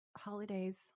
holidays